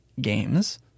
games